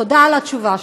תודה על התשובה שלך.